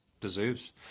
deserves